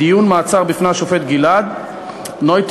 בדיון מעצר בפני השופט גלעד נויטל,